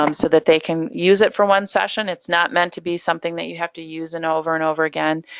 um so that they can use it for one session. it's not meant to be something that you have to use and over and over again.